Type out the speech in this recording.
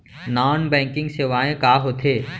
Non banking सेवाएं का होथे?